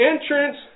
entrance